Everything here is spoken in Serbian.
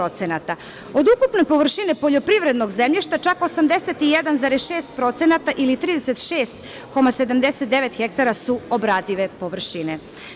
Od ukupne površine poljoprivrednog zemljišta čak 81,6% ili 36,79 hektara su obradive površine.